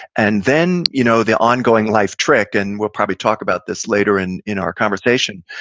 and then you know the ongoing life trick and we'll probably talk about this later in in our conversation,